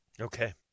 Okay